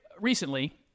Recently